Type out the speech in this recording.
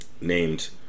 named